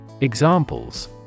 Examples